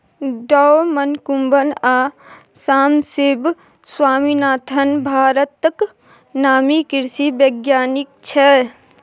डॉ मनकुंबन आ सामसिब स्वामीनाथन भारतक नामी कृषि बैज्ञानिक छै